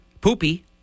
Poopy